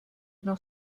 noch